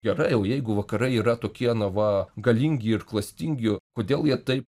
gerai o jeigu vakarai yra tokie na va galingi ir klastingi kodėl jie taip